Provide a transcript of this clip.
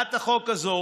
הצעת החוק הזאת